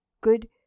good